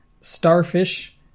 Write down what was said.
starfish